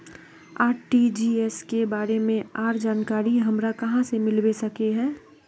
RTGS के बारे में आर जानकारी हमरा कहाँ से मिलबे सके है?